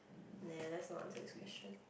nah let's not answer this question